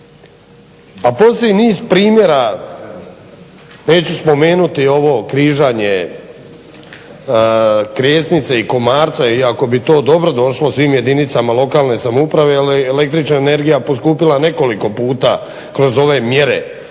a postoji niz primjera neću spomenuti ovo križanje krijesnice i komarca iako bi to dobro došlo svim jedinicama lokalne samouprave jer je električna energija poskupila nekoliko puta kroz ove mjere